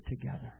together